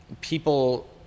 people